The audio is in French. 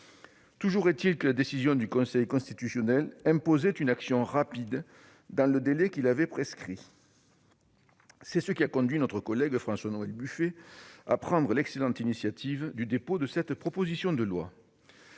Toujours est-il que la décision du Conseil constitutionnel imposait une action rapide, dans le délai qu'il avait prescrit. C'est ce qui a conduit notre collègue François-Noël Buffet à prendre l'excellente initiative du dépôt de cette proposition de loi.